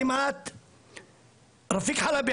רפיק חלבי,